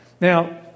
Now